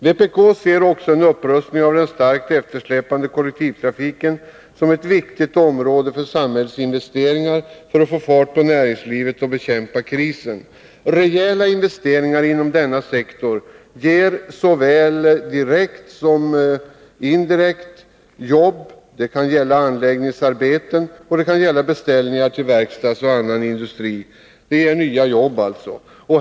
Vpk ser också en upprustning av den starkt eftersläpande kollektivtrafiken som ett viktigt område för samhällets investeringar för att få fart på näringslivet och bekämpa krisen. Rejäla investeringar inom denna sektor ger såväl direkt som indirekt jobb. Det kan gälla anläggningsarbeten, och det kan gälla beställningar till verkstadsindustrin och annan industri.